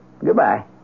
Goodbye